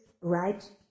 right